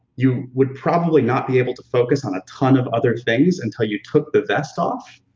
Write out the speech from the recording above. you would probably not be able to focus on a ton of other things until you took the vest off,